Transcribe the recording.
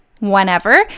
Whenever